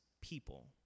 people